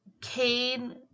Cain